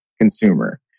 consumer